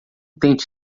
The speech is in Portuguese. tente